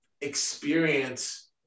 experience